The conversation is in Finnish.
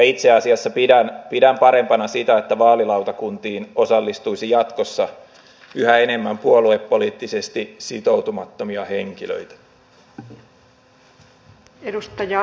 itse asiassa pidän parempana sitä että vaalilautakuntiin osallistuisi jatkossa yhä enemmän puoluepoliittisesti sitoutumattomia henkilöitä